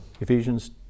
Ephesians